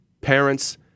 parents